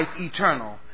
eternal